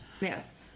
Yes